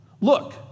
Look